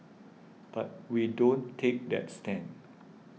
but we don't take that stand